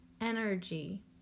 energy